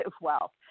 wealth